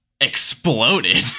exploded